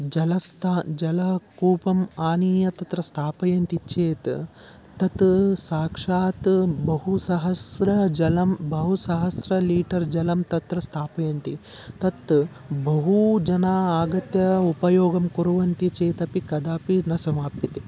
जलस्थ जलकूपम् आनीय तत्र स्थापयन्ति चेत् तत् साक्षात् बहुसहस्रजलं बहु सहस्र लीटर् जलं तत्र स्थापयन्ति तत् बहु जनाः आगत्य उपयोगं कुर्वन्ति चेदपि कदापि न समाप्यते